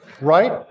right